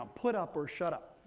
um put up or shut up.